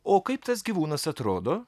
o kaip tas gyvūnas atrodo